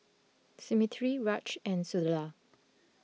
Smriti Raj and Sunderlal